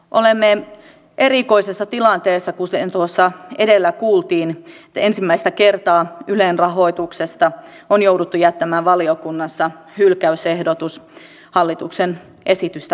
olemme erikoisessa tilanteessa kuten tuossa edellä kuultiin että ensimmäistä kertaa ylen rahoituksesta on jouduttu jättämään valiokunnassa hylkäysehdotus hallituksen esitystä vastaan